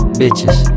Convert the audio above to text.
bitches